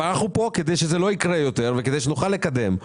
אבל אנחנו פה כדי שזה לא יקרה יותר וכדי שנוכל לקדם.